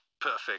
Perfect